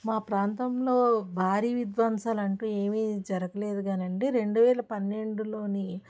మా ప్రాంతంలో భారీ విధ్వంసాలు అంటూ ఏమీ జరగలేదు గానండి రెండు వేల పన్నెండులోని